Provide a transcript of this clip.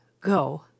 go